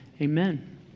Amen